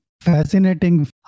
fascinating